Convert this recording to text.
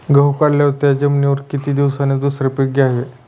गहू काढल्यावर त्या जमिनीवर किती दिवसांनी दुसरे पीक घ्यावे?